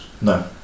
No